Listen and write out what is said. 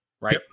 right